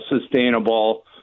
sustainable